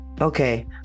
okay